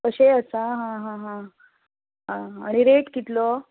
तशेंय आसा हा हा हा आ आनी रेट कितलो